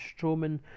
Strowman